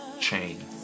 chain